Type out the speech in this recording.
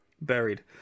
Buried